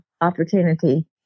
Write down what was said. opportunity